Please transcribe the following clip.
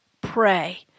pray